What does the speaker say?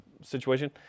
situation